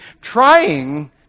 trying